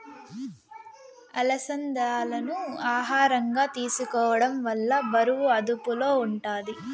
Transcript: అలసందాలను ఆహారంగా తీసుకోవడం వల్ల బరువు అదుపులో ఉంటాది